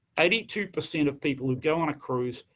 eighty two percent of people who go on a cruise,